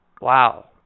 Wow